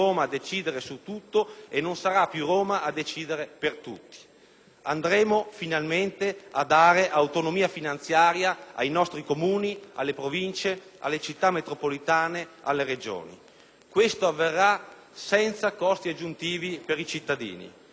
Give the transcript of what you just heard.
Andremo finalmente a dare autonomia finanziaria ai nostri Comuni, alle Province, alle Città metropolitane, alle Regioni. Ciò avverrà senza costi aggiuntivi per i cittadini. La pressione fiscale complessiva dovrà ridursi ad ogni trasferimento